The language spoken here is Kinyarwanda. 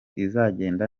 izagenda